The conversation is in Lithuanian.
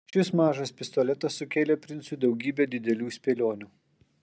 šis mažas pistoletas sukėlė princui daugybę didelių spėlionių